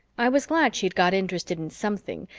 i was glad she'd got interested in something,